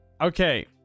okay